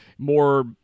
more